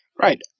Right